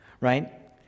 right